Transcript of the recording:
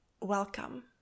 Welcome